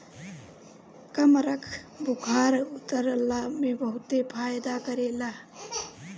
कमरख बुखार उतरला में बहुते फायदा करेला